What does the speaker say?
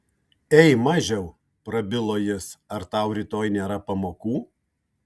ei mažiau prabilo jis ar tau rytoj nėra pamokų